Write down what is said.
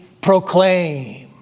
proclaim